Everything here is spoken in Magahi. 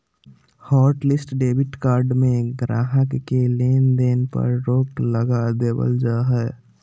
हॉटलिस्ट डेबिट कार्ड में गाहक़ के लेन देन पर रोक लगा देबल जा हय